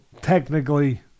technically